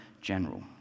general